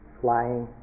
flying